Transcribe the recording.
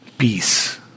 Peace